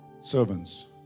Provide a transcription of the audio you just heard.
Servants